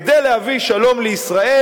כדי להביא שלום לישראל,